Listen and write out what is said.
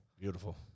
Beautiful